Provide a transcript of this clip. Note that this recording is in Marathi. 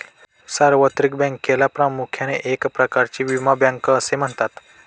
सार्वत्रिक बँकेला प्रामुख्याने एक प्रकारची विमा बँक असे म्हणतात